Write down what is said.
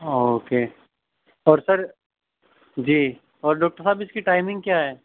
okay اور sir ji اور doctor صاحب اِس کی ٹائمنگ کیا ہے